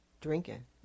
drinking